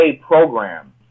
program